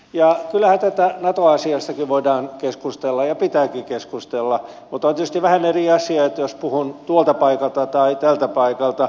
ja kyllähän tästä nato asiastakin voidaan keskustella ja pitääkin keskustella mutta on tietysti vähän eri asia puhunko tuolta paikalta vai tältä paikalta